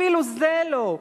אפילו זה לא.